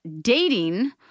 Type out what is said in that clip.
dating